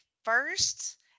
first